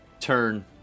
Turn